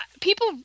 people